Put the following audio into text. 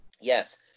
yes